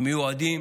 מיועדים